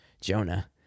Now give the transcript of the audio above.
Jonah